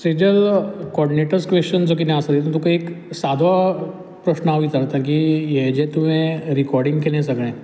Sejal coordinator question जो किदें आसा तो तितून तुका एक सादो प्रश्न हांव विचारता की हें जें तुवें रिकोडींग केलें सगलें